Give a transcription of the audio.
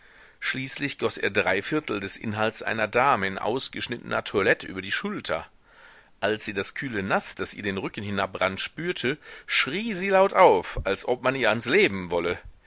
schließlich goß er dreiviertel des inhalts einer dame in ausgeschnittener toilette über die schulter als sie das kühle naß das ihr den rücken hinabrann spürte schrie sie laut auf als ob man ihr ans leben wolle